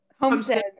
homestead